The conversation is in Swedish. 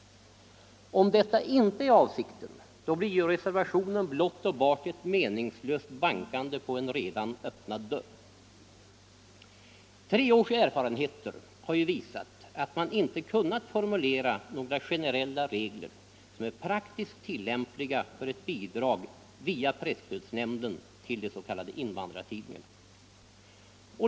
Om detta inte är avsikten, blir reservationen blott och bart ett meningslöst bankande på en redan öppnad dörr. Tre års erfarenheter har ju visat att man inte kunnat formulera några generella regler som är praktiskt tillämpliga för ett bidrag via presstödsnämnden till de s.k. invandrartidningarna.